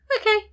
okay